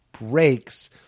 breaks